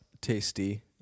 tasty